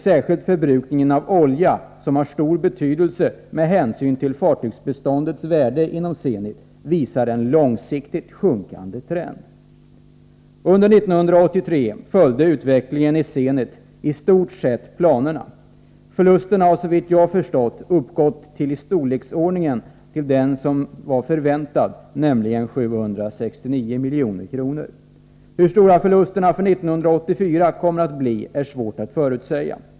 Särskilt förbrukuingen av olja, som har stor betydelse med hänsyn till fartygsbeståndets värde inom Zenit, visar en långsiktigt sjunkande trend. Under 1983 följde utvecklingen i Zenit i stort sett planerna. Förlusterna har, såvitt jag har förstått, uppgått till den förväntade storleksordningen, nämligen till 769 milj.kr. Hur stora förlusterna för 1984 kommer att bli är svårt att förutsäga.